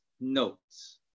notes